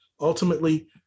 ultimately